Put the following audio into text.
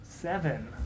Seven